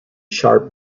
sharp